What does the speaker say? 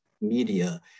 media